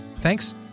Thanks